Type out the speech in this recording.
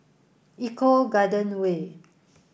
eco Garden Way